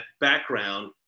background